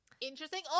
interesting